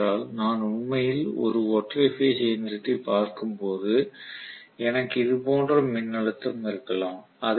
ஏனென்றால் நான் உண்மையில் ஒரு ஒற்றை பேஸ் இயந்திரத்தைப் பார்க்கும்போது எனக்கு இது போன்ற மின்னழுத்தம் இருக்கலாம்